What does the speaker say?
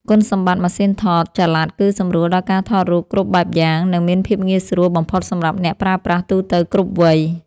គុណសម្បត្តិម៉ាស៊ីនថតចល័តគឺសម្រួលដល់ការថតរូបគ្រប់បែបយ៉ាង និង មានភាពងាយស្រួលបំផុតសម្រាប់អ្នកប្រើប្រាស់ទូទៅគ្រប់វ័យ។